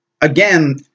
again